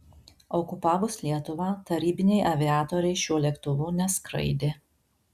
okupavus lietuvą tarybiniai aviatoriai šiuo lėktuvu neskraidė